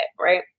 Right